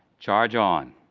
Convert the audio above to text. charge on!